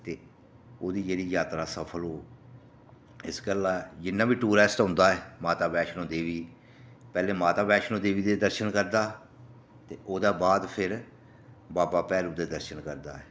ते ओह्दी जेह्ड़ी जात्तरा सफल होग इस गल्ला जिन्ना बी टुरिस्ट औंदा ऐ माता वैष्णो देवी पैह्लें माता वैण्षो देवी दे दर्शन करदा ओह्दे बाद फिर बाबा भैरों दे दर्शन करदा ऐ